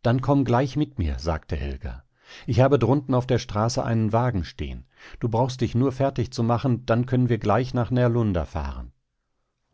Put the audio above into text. dann komm gleich mit mir sagte helga ich habe drunten auf der straße einen wagen stehen du brauchst dich nur fertig zu machen dann können wir gleich nach närlunda fahren